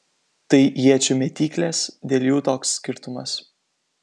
tai iečių mėtyklės dėl jų toks skirtumas